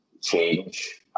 change